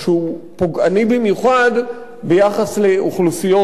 ביחס לאוכלוסיות מוחלשות ולאנשים עניים.